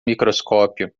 microscópio